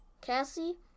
Cassie